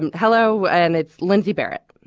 and hello. and it's lindsay barrett.